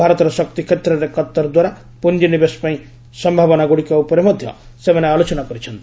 ଭାରତର ଶକ୍ତିକ୍ଷେତ୍ରରେ କତ୍ତରଦ୍ୱାରା ପ୍ରଞ୍ଜିନିବେଶ ପାଇଁ ସମ୍ଭାବନାଗ୍ରଡ଼ିକ ଉପରେ ମଧ୍ୟ ସେମାନେ ଆଲୋଚନା କରିଛନ୍ତି